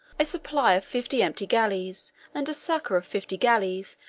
a supply of fifty empty galleys and a succor of fifty galleys,